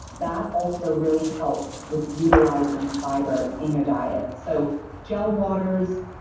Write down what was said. that also really helps with utilizing fiber in your diet so gel waters,